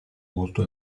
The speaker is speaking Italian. molto